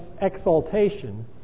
exaltation